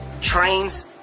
Trains